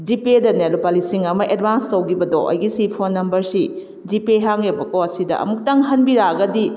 ꯖꯤꯄꯦꯗꯅꯦ ꯂꯨꯄꯥ ꯂꯤꯁꯤꯡ ꯑꯃ ꯑꯦꯗꯚꯥꯟꯁ ꯇꯧꯈꯤꯕꯗꯣ ꯑꯩꯒꯤꯁꯤ ꯐꯣꯟ ꯅꯝꯕꯔꯁꯤ ꯖꯤꯄꯦ ꯍꯥꯡꯉꯦꯕꯀꯣ ꯁꯤꯗ ꯑꯃꯨꯛꯇꯪ ꯍꯟꯕꯤꯔꯛꯑꯒꯗꯤ